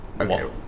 Okay